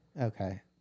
Okay